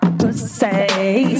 pussy